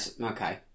Okay